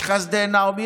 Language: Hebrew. חסדי נעמי.